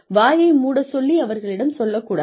வாயை மூடச் சொல்லி அவர்களிடம் சொல்லக் கூடாது